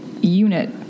unit